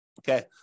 Okay